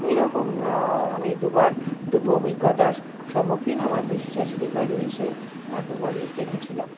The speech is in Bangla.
এই রকম আমি দুবার দুটো অভিজ্ঞতার সম্মুখীন আমার পষি শাশুড়ির বাড়ি এসে দুবারই দেখেছিলাম